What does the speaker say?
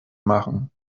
machen